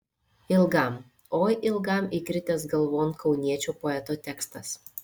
ilgam oi ilgam įkritęs galvon kauniečio poeto tekstas